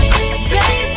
Baby